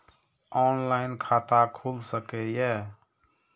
Online खाता खुल सके ये?